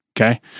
okay